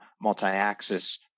multi-axis